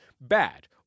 bad